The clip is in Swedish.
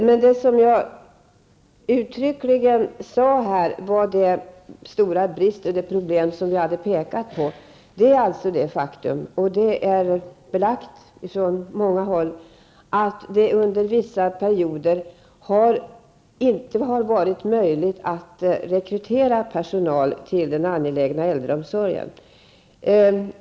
Men det som jag uttryckligen påpekade som det stora problemet är alltså det faktum -- och detta är belagt från många håll -- att det under vissa perioder inte har varit möjligt att rekrytera personal till den angelägna äldreomsorgen.